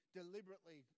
deliberately